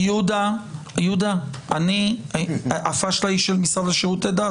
יהודה, הפאשלה היא של המשרד לשירותי דת.